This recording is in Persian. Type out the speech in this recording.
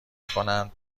کنند